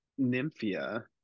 Nymphia